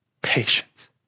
patience